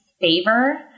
favor